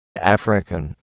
African